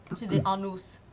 to the ahnus,